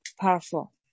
powerful